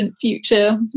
future